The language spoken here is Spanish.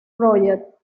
project